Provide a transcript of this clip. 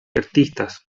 artistas